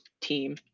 team